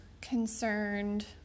concerned